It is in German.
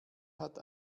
hat